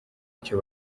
icyo